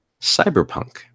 cyberpunk